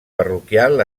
parroquial